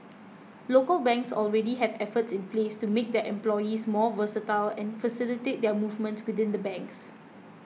local banks already have efforts in place to make their employees more versatile and facilitate their movements within the banks